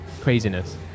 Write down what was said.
craziness